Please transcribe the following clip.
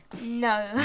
No